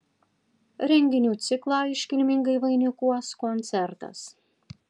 renginių ciklą iškilmingai vainikuos koncertas